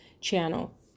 channel